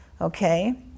Okay